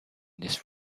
this